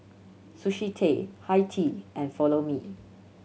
Sushi Tei Hi Tea and Follow Me